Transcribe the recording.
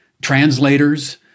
translators